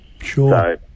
Sure